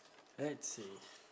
let's see